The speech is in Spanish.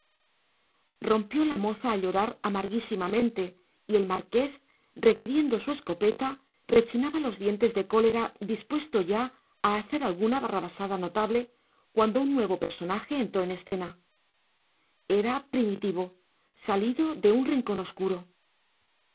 rompió la moza a llorar amarguísimamente y el marqués requiriendo su escopeta rechinaba los dientes de cólera dispuesto ya a hacer alguna barrabasada notable cuando un nuevo personaje entró en escena era primitivo salido de un rincón oscuro